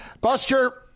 Buster